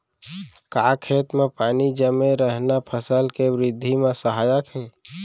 का खेत म पानी जमे रहना फसल के वृद्धि म सहायक हे?